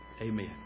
Amen